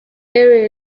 area